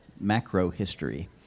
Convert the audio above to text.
macro-history